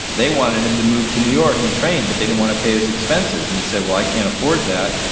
they wanted him to move to new york and train, but they didn't want to pay his expenses and he said, well, i can't afford that,